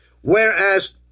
Whereas